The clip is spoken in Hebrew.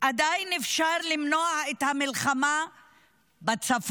עדיין אפשר למנוע את המלחמה בצפון